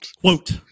quote